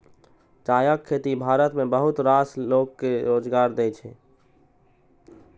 चायक खेती भारत मे बहुत रास लोक कें रोजगार दै छै